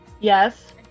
Yes